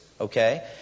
okay